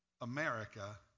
America